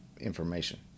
information